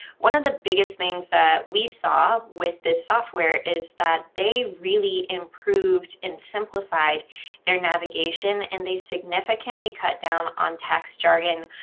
one of the biggest things that we saw with this software is that they really improved and simplified their navigation and they significantly cut down on tax jargon.